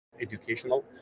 educational